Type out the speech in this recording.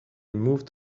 moved